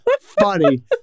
funny